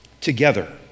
together